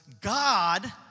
God